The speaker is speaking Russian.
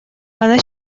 она